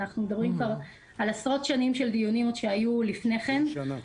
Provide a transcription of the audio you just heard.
אנחנו מדברים כבר על עשרות שנים של דיונים עוד שהיו לפני כן.